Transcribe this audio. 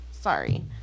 Sorry